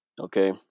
Okay